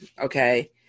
Okay